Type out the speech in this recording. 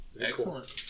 Excellent